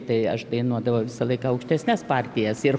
tai aš dainuodavau visą laiką aukštesnes partijas ir